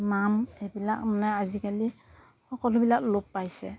নাম এইবিলাক মানে আজিকালি সকলোবিলাক লোপ পাইছে